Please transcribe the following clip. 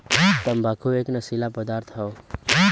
तम्बाकू एक नसीला पदार्थ हौ